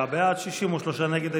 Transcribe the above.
47 בעד, 63 נגד.